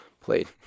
played